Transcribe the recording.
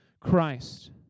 Christ